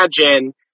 imagine